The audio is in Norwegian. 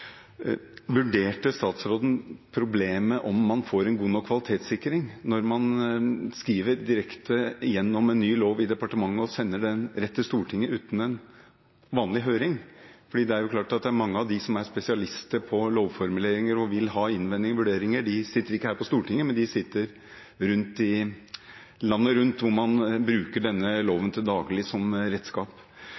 Vurderte statsråden om man får en god nok kvalitetssikring når man skriver direkte igjennom en ny lov i departementet og sender den rett til Stortinget uten en vanlig høring? Det er klart at mange av dem som er spesialister på lovformuleringer, og som vil ha innvendinger og vurderinger, sitter ikke her på Stortinget. De sitter landet rundt, hvor man bruker denne